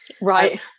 right